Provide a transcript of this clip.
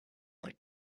like